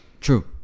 True